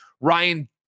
Ryan